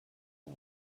poc